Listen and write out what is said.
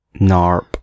NARP